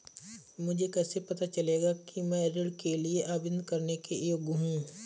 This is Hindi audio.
मुझे कैसे पता चलेगा कि मैं ऋण के लिए आवेदन करने के योग्य हूँ?